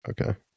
Okay